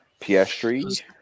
Piastri